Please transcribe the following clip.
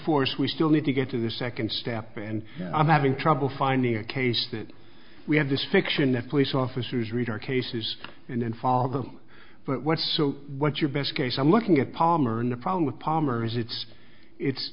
force we still need to get to the second step and i'm having trouble finding a case that we have this fiction that police officers read our cases and then follow them but so what's your best case i'm looking at palmer and the problem with palmer is it's it's